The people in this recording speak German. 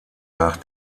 nach